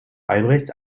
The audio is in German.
albrechts